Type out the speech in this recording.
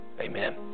Amen